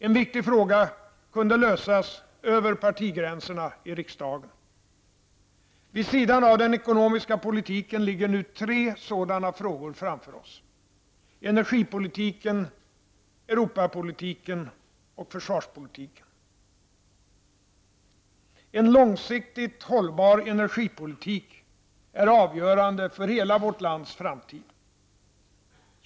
En viktig fråga kunde lösas över partigränesrna i riksdagen. Vid sidan av den ekonomiska politiken ligger nu tre sådana frågor framför oss: energipolitiken, En långsiktigt hållbar energipolitik är avgörande för hela vårt lands framtid.